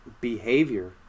behavior